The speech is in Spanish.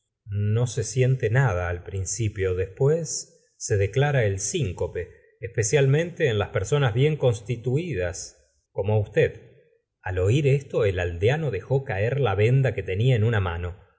no se siente nada al principio después se declara el sincope especialmente en las personas bien constituidas como usted al oir esto el aldeano dejó caer la venda que tenia en una mano